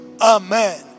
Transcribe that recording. Amen